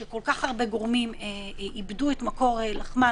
כשכל כך הרבה גורמים איבדו את מקור לחמם,